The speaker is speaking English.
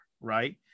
right